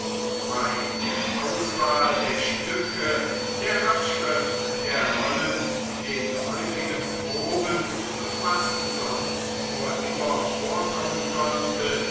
bei der auswahl der stücke der abschrift der rollen den häufigen proben und was sonst nur immer vorkommen konnte